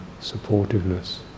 supportiveness